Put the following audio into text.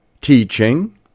teaching